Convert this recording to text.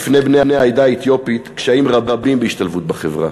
בפני בני העדה האתיופית עומדים קשיים רבים בהשתלבות בחברה,